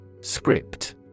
Script